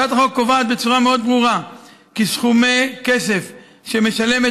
הצעת החוק קובעת בצורה מאוד ברורה כי סכומי כסף שמשלמת